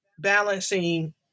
balancing